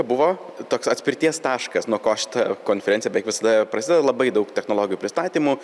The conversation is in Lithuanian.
buvo toks atspirties taškas nuo ko šita konferencija beveik visada prasideda labai daug technologijų pristatymų